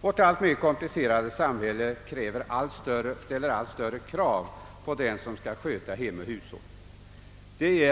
Vårt alltmer komplicerade samhälle ställer allt större krav på den som skall sköta hem och hushåll.